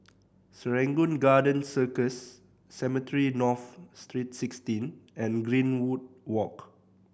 Serangoon Garden Circus Cemetry North Street Sixteen and Greenwood Walk